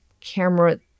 camera